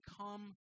come